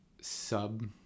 sub